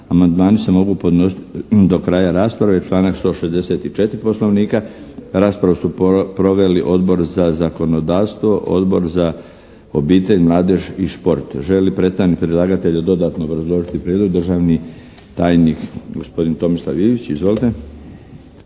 Amandmani se mogu podnositi do kraja rasprave članak 164. Poslovnika. Raspravu su proveli Odbor za zakonodavstvo, Odbor za obitelj, mladež i šport. Želi li predstavnik predlagatelja dodatno obrazložiti prijedlog? Državni tajnik, gospodin Tomislav Ivić. Izvolite!